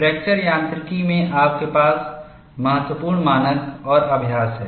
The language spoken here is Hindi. फ्रैक्चर यांत्रिकी में आपके पास महत्वपूर्ण मानक और अभ्यास हैं